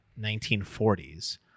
1940s